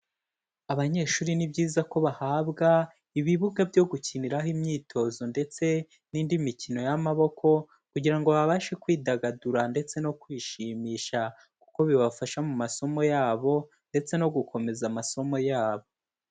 Abanyeshuri ni byiza ko bahabwa ibibuga byo gukiniraho imyitozo ndetse n'indi mikino y'amaboko kugira ngo babashe kwidagadura ndetse no kwishimisha, kuko bibafasha mu masomo yabo ndetse no gukomeza amasomo yabo.